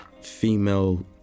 female